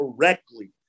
correctly